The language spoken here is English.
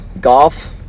golf